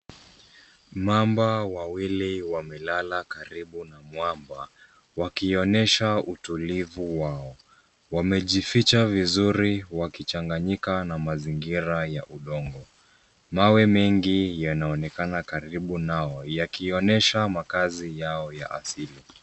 Mamba wawili wamelala karibu na mwamba, wakionyesha utulivu wao. Wamejificha vizuri, wakichanganyika na mazingira ya udongo. Mawe mengi, yanaonekana karibu nao, yakionyesha makazi yao ya asili.